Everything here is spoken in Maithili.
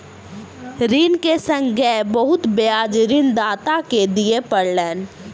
ऋण के संगै बहुत ब्याज ऋणदाता के दिअ पड़लैन